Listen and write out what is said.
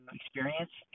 experience